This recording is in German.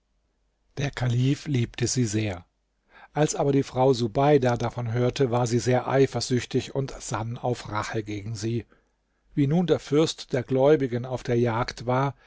der kalif liebte sie sehr als aber die frau subeida davon hörte war sie sehr eifersüchtig und sann auf rache gegen sie wie nun der fürst der gläubigen auf der jagd war